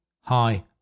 Hi